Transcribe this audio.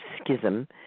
schism